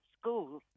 school